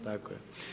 Tako je.